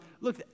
look